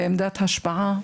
בעמדת השפעה,